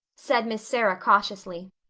said miss sarah cautiously.